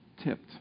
tipped